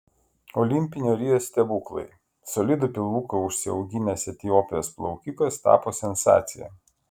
olimpinio rio stebuklai solidų pilvuką užsiauginęs etiopijos plaukikas tapo sensacija